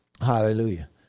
hallelujah